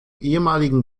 ehemaligen